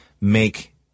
make